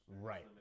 Right